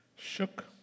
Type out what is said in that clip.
Shook